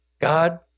God